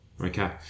Okay